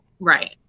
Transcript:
Right